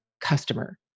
customer